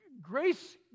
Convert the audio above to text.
grace